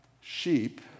sheep